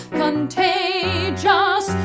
contagious